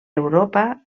europa